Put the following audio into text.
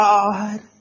God